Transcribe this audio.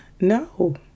no